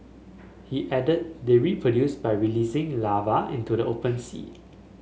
he added they reproduce by releasing larvae into the open sea